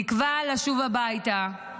תקווה לשוב הביתה.